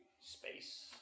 Space